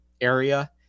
area